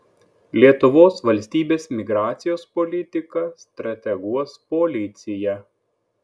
lietuvos valstybės migracijos politiką strateguos policija